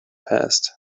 past